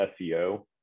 SEO